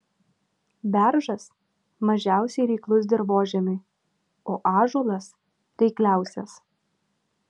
beržas mažiausiai reiklus dirvožemiui o ąžuolas reikliausias